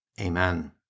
Amen